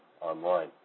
online